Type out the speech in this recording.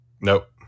Nope